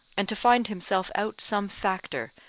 and to find himself out some factor,